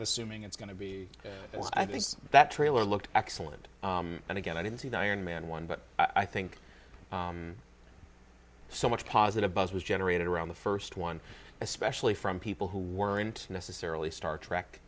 of assuming it's going to be i think that trailer looked excellent and again i didn't see the iron man one but i think so much positive buzz was generated around the first one especially from people who weren't necessarily star trek